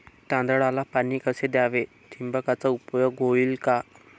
तांदळाला पाणी कसे द्यावे? ठिबकचा उपयोग होईल का?